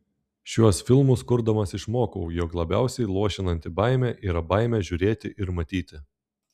šiuos filmus kurdamas išmokau jog labiausiai luošinanti baimė yra baimė žiūrėti ir matyti